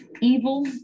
Evil